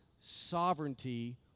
sovereignty